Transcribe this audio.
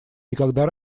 никогда